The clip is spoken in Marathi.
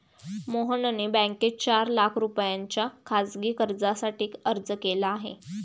मोहनने बँकेत चार लाख रुपयांच्या खासगी कर्जासाठी अर्ज केला आहे